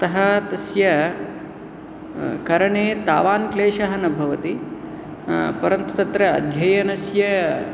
अतः तस्य करणे तावान् क्लेशः न भवति परन्तु तत्र अध्ययनस्य